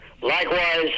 likewise